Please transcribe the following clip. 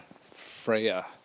Freya